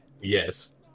Yes